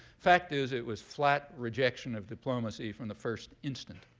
fact is, it was flat rejection of diplomacy from the first instant.